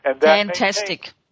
Fantastic